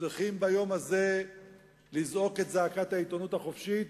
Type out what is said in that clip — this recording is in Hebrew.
צריכים ביום הזה לזעוק את זעקת העיתונות החופשית,